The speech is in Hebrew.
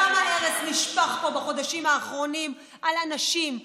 כמה ארס נשפך פה בחודשים האחרונים על אנשים,